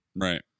right